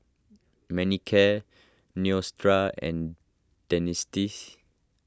Manicare and